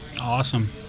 Awesome